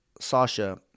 Sasha